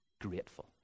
grateful